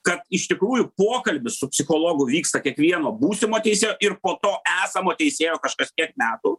kad iš tikrųjų pokalbis su psichologu vyksta kiekvieno būsimo teisėjo ir po to esamo teisėjo kas kažkiek metų